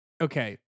okay